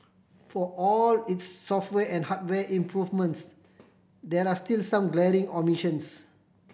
for all its software and hardware improvements there are still some glaring omissions